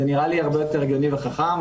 זה נראה לי הרבה יותר הגיוני וחכם,